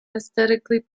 aesthetically